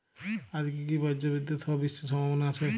আজকে কি ব্রর্জবিদুৎ সহ বৃষ্টির সম্ভাবনা আছে?